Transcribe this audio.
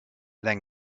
then